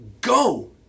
Go